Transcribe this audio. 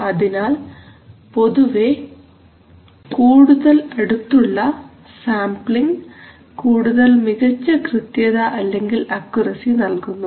അതിനാൽ പൊതുവേ കൂടുതൽ അടുത്തുള്ള സാംപ്ലിങ് കൂടുതൽ മികച്ച കൃത്യത അല്ലെങ്കിൽ അക്യുറസി നൽകുന്നു